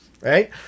Right